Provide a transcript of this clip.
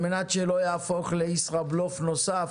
על מנת שלא יהפוך ל'ישראבלוף' נוסף,